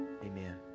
amen